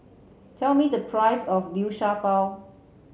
tell me the price of liu sha bao